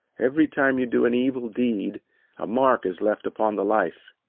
every time you do an evil deed a mark is left upon the life.